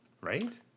right